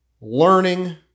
learning